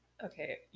Okay